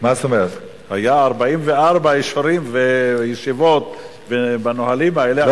היו 44 אישורים וישיבות ונהלים האלה.